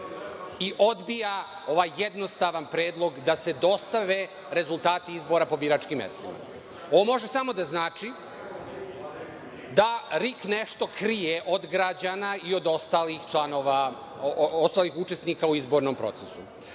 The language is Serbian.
i odbija ovaj jednostavan predlog da se dostave rezultati izbora po biračkim mestima. Ovo može samo da znači da RIK nešto krije od građana i od ostalih učesnika u izbornom procesu. Takođe,